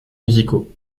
musicaux